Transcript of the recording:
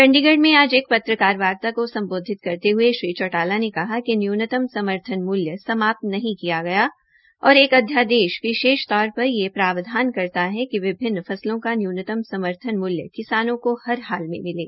चंडीगढ़ में आज एक पत्रकारवार्ता का सम्बोधित करते हये श्री चौटाला ने कहा कि न्यूनतम समर्थन मूल्य समाप्त नहीं किया गया है और एक अध्यादेश विशेष तौर पर यह प्रावधान करता है कि विभिन्न फस्लों का न्यूनतम समर्थन मूल्य किसानों को हर हाल में मिलें